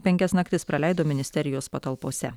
penkias naktis praleido ministerijos patalpose